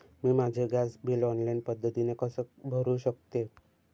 मी माझे gas bill online पद्धतीने कसे भरु शकते?